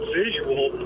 visual